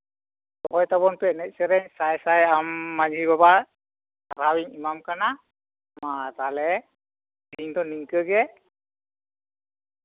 ᱫᱚᱦᱚᱭ ᱛᱟᱵᱳᱱ ᱯᱮ ᱮᱱᱮᱡ ᱥᱮᱹᱨᱮᱹᱧ ᱥᱟᱭ ᱥᱟᱭ ᱟᱢ ᱢᱟᱺᱡᱷᱤ ᱵᱟᱵᱟ ᱥᱟᱨᱦᱟᱣ ᱤᱧ ᱮᱢᱟᱢ ᱠᱟᱱᱟ ᱢᱟ ᱛᱟᱦᱞᱮ ᱛᱮᱦᱤᱧ ᱫᱚ ᱱᱤᱝᱠᱟᱹᱜᱮ